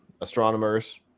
astronomers